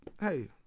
hey